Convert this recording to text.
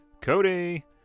Cody